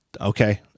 Okay